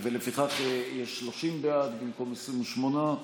לפיכך, יש 30 בעד במקום 28,